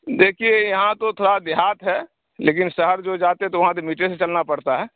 دیکھیے یہاں تو تھوڑا دیہات ہے لیکن شہر جو جاتے تو وہاں میٹرے سے چلنا پڑتا ہے